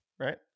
Right